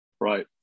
Right